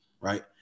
right